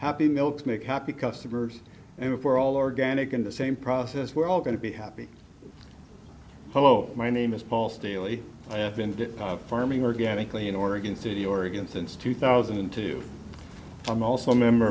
happy milk make happy customers and if we're all organic in the same process we're all going to be happy hello my name is paul stanley i have been farming organically in oregon city oregon since two thousand and two i'm also a member